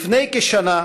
לפני כשנה,